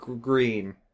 Green